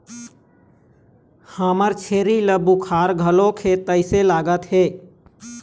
हमर छेरी ल बुखार घलोक हे तइसे लागत हे